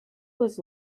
was